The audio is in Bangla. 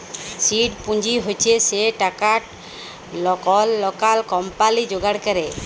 সিড পুঁজি হছে সে টাকাট কল লকাল কম্পালি যোগাড় ক্যরে